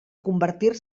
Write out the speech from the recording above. convertir